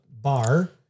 bar